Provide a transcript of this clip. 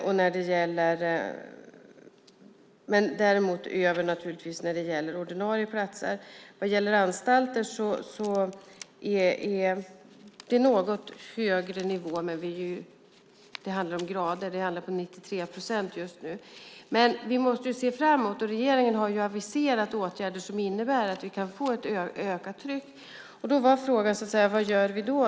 Däremot är det naturligtvis över nivån när det gäller ordinarie platser. Vad gäller anstalter är det en något högre nivå, men det handlar om grader - 93 procent just nu. Men vi måste se framåt. Regeringen har aviserat åtgärder som innebär att vi kan få ett ökat tryck. Då var frågan: Vad gör vi då?